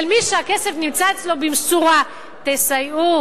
למי שהכסף נמצא אצלו במשורה תסייעו.